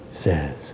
says